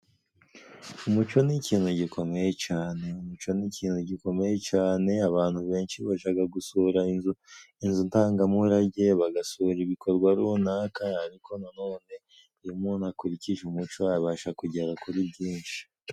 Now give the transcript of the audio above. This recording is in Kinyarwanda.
Umuco ni ikintu gikomeye cane. Umuco ni ikintu gikomeye cane, abantu benshi bajaga gusura inzu ndangamurage, bagasura ibikorwa runaka, ariko na none iyo umuntu akurikije umuco, abasha kugera kuri byinshi.